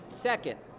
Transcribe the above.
second,